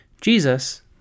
Jesus